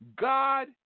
God